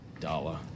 Dollar